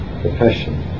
profession